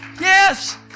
Yes